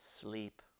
Sleep